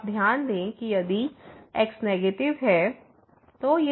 तो आप ध्यान दें कि यदि x नेगेटिव है